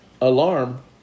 alarm